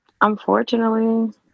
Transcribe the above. unfortunately